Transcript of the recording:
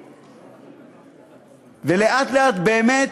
ולאט-לאט, באמת,